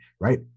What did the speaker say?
right